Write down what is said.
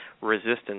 resistance